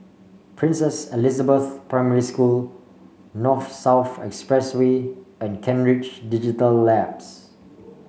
Princess Elizabeth Primary School North South Expressway and Kent Ridge Digital Labs